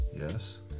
Yes